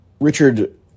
Richard